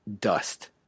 dust